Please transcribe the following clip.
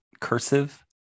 cursive